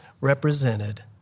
represented